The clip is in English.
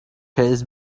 has